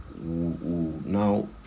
now